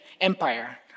Empire